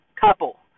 couple